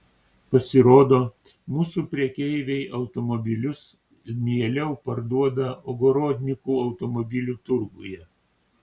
pasirodo mūsų prekeiviai automobilius mieliau parduoda ogorodnikų automobilių turguje